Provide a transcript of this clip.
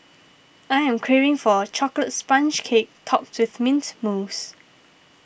I am craving for a Chocolate Sponge Cake Topped with Mint Mousse